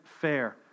fair